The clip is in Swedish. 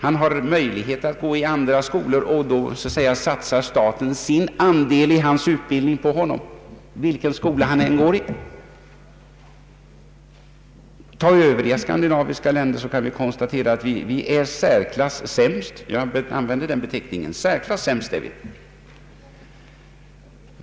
Han har möjlighet att gå i andra skolor och då satsar staten sin andel i utbildningen för honom, vilken skola man än går i. Ta övriga skandinaviska länder så kan vi slå fast att vi är i särklass sämst; jag använder medvetet den beteckningen.